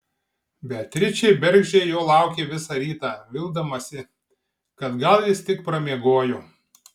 beatričė bergždžiai jo laukė visą rytą vildamasi kad gal jis tik pramiegojo